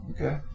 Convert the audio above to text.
Okay